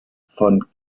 von